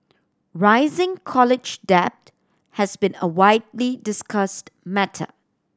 rising college debt has been a widely discussed matter